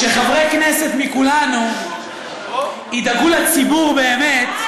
כשחברי כנסת מכולנו ידאגו לציבור באמת,